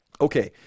Okay